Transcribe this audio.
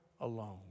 alone